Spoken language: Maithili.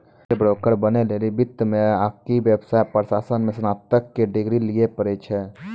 शेयर ब्रोकर बनै लेली वित्त मे आकि व्यवसाय प्रशासन मे स्नातक के डिग्री लिये पड़ै छै